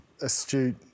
astute